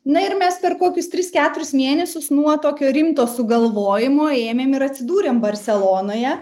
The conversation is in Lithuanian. na ir mes per kokius tris keturis mėnesius nuo tokio rimto sugalvojimo ėmėm ir atsidūrėm barselonoje